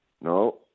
No